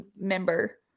member